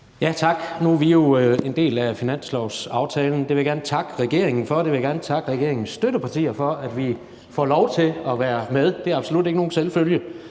(KD): Nu er vi jo en del af finanslovsaftalen. Jeg vil godt takke regeringen for, og jeg vil gerne takke regeringens støttepartier for, at vi får lov til at være med. Det er absolut ikke nogen selvfølge.